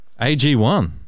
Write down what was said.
AG1